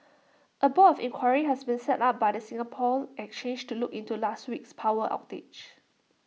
A board of inquiry has been set up by the Singapore exchange to look into last week's power outage